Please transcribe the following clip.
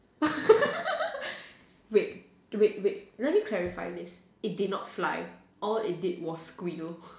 wait wait wait let me clarify this it did not fly all it did was squiggle